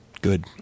good